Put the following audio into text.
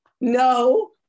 No